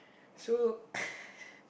so